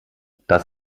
das